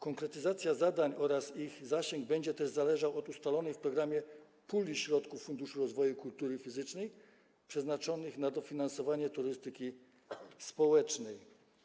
Konkretyzacja zadań oraz ich zasięg będą też zależały od ustalonej w programie puli środków Funduszu Rozwoju Kultury Fizycznej przeznaczonych na dofinansowanie turystyki społecznej.